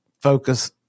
focus